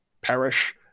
perish